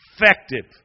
effective